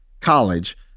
college